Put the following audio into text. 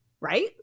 right